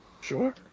Sure